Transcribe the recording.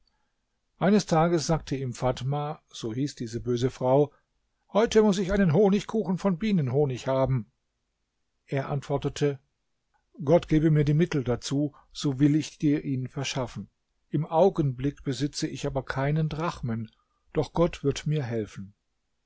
eines tages sagte ihm fatma so hieß diese böse frau heute muß ich einen honigkuchen von bienenhonig haben er antwortete gott gebe mir die mittel dazu so will ich dir ihn verschaffen im augenblick besitze ich aber keinen drachmen doch gott wird mir helfen